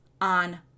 on